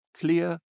clear